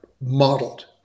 modeled